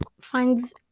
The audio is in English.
finds